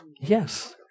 Yes